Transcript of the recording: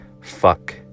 Fuck